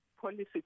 policy